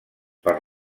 per